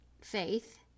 faith